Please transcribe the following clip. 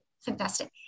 Fantastic